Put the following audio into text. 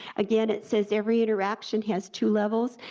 again, it says every interaction has two levels,